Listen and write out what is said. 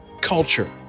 culture